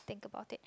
think about it